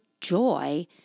joy